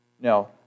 Now